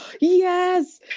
yes